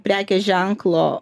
prekės ženklo